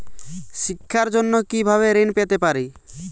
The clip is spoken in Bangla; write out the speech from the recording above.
শিক্ষার জন্য কি ভাবে ঋণ পেতে পারি?